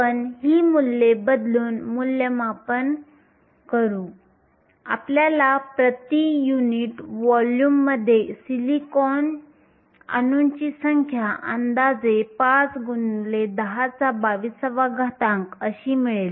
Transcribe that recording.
आपण ही मूल्ये बदलून मूल्यमापन करा आपल्याला प्रति युनिट व्हॉल्यूममध्ये सिलिकॉन अणूंची संख्या अंदाजे 5 x 1022 अशी मिळेल